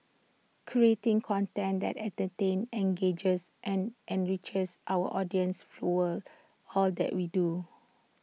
creating content that entertains engages and enriches our audiences fuels all that we do